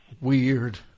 Weird